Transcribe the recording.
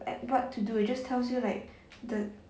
what to do it just tells you like the